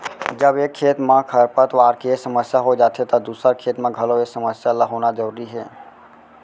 जब एक खेत म खरपतवार के समस्या हो जाथे त दूसर खेत म घलौ ए समस्या ल होना जरूरी हे